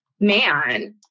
man